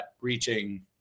reaching